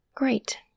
Great